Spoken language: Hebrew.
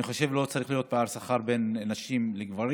אני חושב שלא צריכים להיות פערי שכר בין נשים לגברים.